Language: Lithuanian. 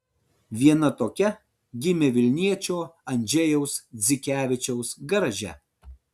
viena tokia gimė vilniečio andžejaus dzikevičiaus garaže